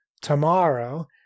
tomorrow